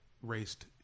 Raced